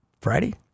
Friday